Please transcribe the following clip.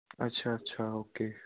ਅੱਛਾ ਅੱਛਾ ਓਕੇ